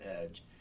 edge